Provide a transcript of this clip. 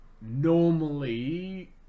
normally